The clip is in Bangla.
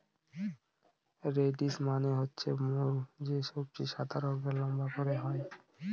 রেডিশ মানে হচ্ছে মূল যে সবজি সাদা রঙের লম্বা করে হয়